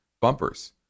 bumpers